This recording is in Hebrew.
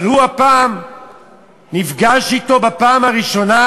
אבל הוא הפעם נפגש אתו בפעם הראשונה,